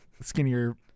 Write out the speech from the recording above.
Skinnier